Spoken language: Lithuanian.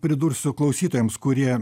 pridursiu klausytojams kurie